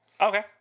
okay